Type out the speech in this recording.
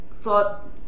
thought